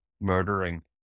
murdering